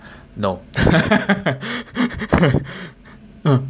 no